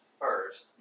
first